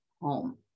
home